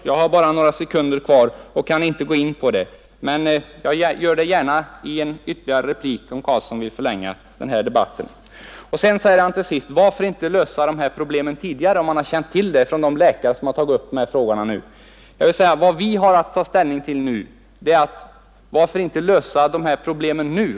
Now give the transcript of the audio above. Jag har bara några sekunder kvar av min repliktid och kan inte gå in på dem, men jag gör det gärna i en ytterligare replik, om herr Karlsson vill förlänga denna debatt. Till sist frågar herr Karlsson: Varför har inte försök gjorts att lösa dessa problem tidigare, om man har känt till dem genom de läkare som nu har tagit upp dessa frågor? Vad vi i dag har att ta ställning till är hur vi skall lösa problemen nu.